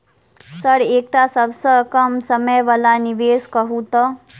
Sir एकटा सबसँ कम समय वला निवेश कहु तऽ?